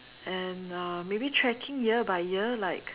and uh maybe tracking year by year like